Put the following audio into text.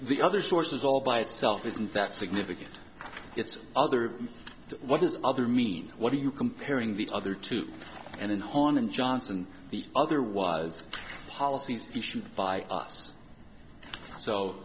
the other source is all by itself isn't that significant it's other what is other mean what are you comparing the other two and in horn and johnson the other was policies issued by us so